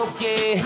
Okay